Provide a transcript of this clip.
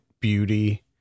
beauty